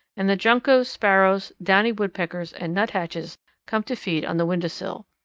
and the juncos, sparrows, downy woodpeckers, and nuthatches come to feed on the window-sill.